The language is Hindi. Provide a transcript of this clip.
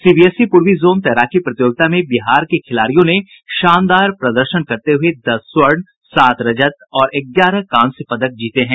सीबीएसई पूर्वी जोन तैराकी प्रतियोगिता में बिहार के खिलाड़ियों ने शानदार प्रदर्शन करते हुये दस स्वर्ण सात रजत और ग्यारह कांस्य पदक जीते हैं